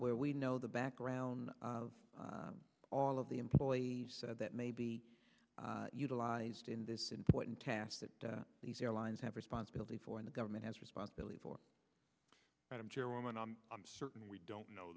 where we know the background of all of the employees that may be utilized in this important task that these airlines have responsibility for the government has responsibility for and i'm sure when i'm certain we don't know